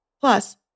Plus